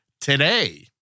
today